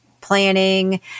planning